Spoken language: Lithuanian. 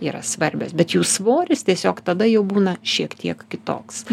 yra svarbios bet jų svoris tiesiog tada jau būna šiek tiek kitoks